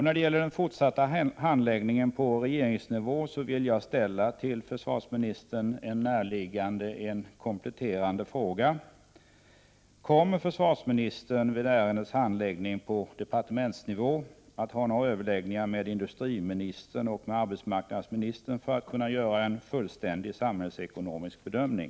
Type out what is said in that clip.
När det gäller den fortsatta handläggningen på regeringsnivå vill jag ställa en närliggande och kompletterande fråga till försvarsministern: Kommer försvarsministern vid ärendets handläggning på departementsnivå att ha överläggningar med industriministern och arbetsmarknadsministern för att möjliggöra en fullständig samhällsekonomisk bedömning?